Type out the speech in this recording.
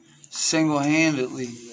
single-handedly